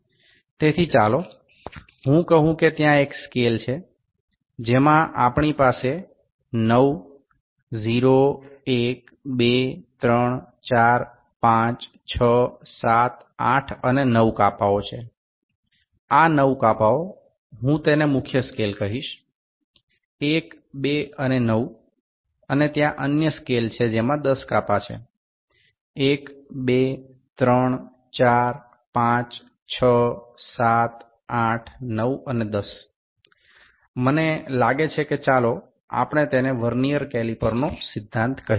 તેથી ચાલો હું કહું કે ત્યાં એક સ્કેલ છે જેમાં આપણી પાસે 9 0 1 2 3 4 5 6 7 8 અને 9 કાપા ઓ છે આ 9 કાપાઓ હું તેને મુખ્ય સ્કેલ કહીશ 1 2 અને 9 અને ત્યાં અન્ય સ્કેલ છે જેમાં 10 કાપા છે 1 2 3 4 5 6 7 8 9 અને 10 મને લાગે છે કે ચાલો આપણે તેને વર્નીઅર કેલિપરનો સિદ્ધાંત કહીએ